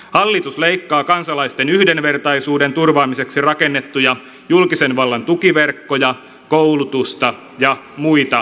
hallitus leikkaa kansalaisten yhdenvertaisuuden turvaamiseksi rakennettuja julkisen vallan tukiverkkoja koulutusta ja muita palveluja